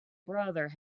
brother